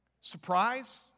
surprise